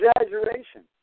exaggeration